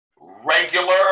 regular